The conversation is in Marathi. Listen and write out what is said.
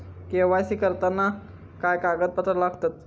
के.वाय.सी करताना काय कागदपत्रा लागतत?